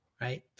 Right